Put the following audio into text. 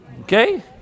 okay